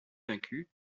vaincu